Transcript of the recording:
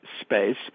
space